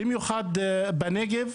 במיוחד בנגב,